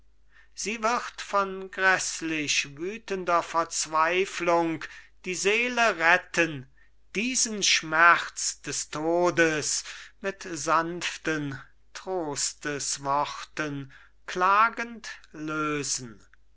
sie wird von gräßlich wütender verzweiflung die seele retten diesen schmerz des todes mit sanften trostesworten klagend lösen